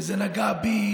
וזה נגע בי